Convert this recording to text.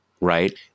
right